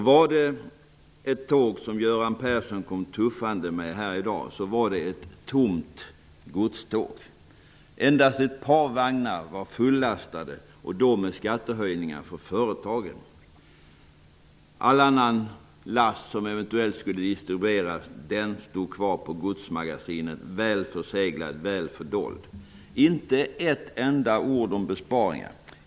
Var det ett tåg som Göran Persson kom tuffande med här i dag så var det ett tomt godståg. Endast ett par vagnar var fullastade, och då med skattehöjningar för företagen. All annan last som eventuellt skulle distribueras stod kvar i godsmagasinen, väl förseglad, väl fördold. Göran Persson sade inte ett enda ord om besparingar.